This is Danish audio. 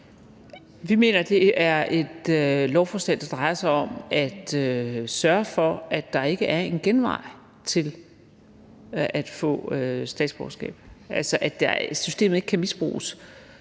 Vi mener, det er et lovforslag, der drejer sig om at sørge for, at der ikke er en genvej til at få statsborgerskab, altså at systemet ikke kan misbruges.